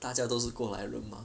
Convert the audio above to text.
大家都是过来人 mah